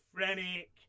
schizophrenic